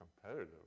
Competitive